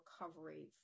recovery